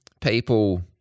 people